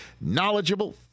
knowledgeable